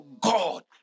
God